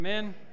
Amen